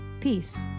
Peace